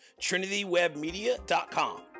trinitywebmedia.com